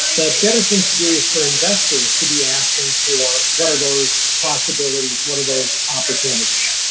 the better thing to do is for investors to be asking for what are those possibilities, what are those opportunities,